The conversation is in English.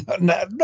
no